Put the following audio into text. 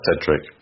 Cedric